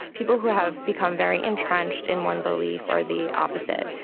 people who have become very entrenched in one belief or the opposite.